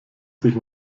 sich